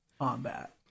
combat